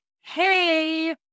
hey